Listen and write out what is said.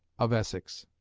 of essex.